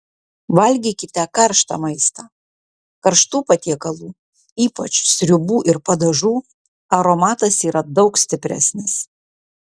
valgykite karštą maistą karštų patiekalų ypač sriubų ir padažų aromatas yra daug stipresnis